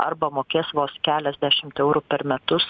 arba mokės vos keliasdešimt eurų per metus